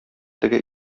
теге